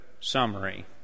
summary